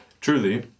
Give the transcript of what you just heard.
truly